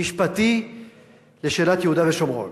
משפטי לשאלת יהודה ושומרון,